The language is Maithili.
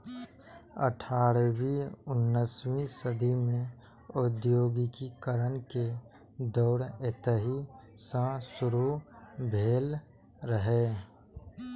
अठारहवीं उन्नसवीं सदी मे औद्योगिकीकरण के दौर एतहि सं शुरू भेल रहै